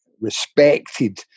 respected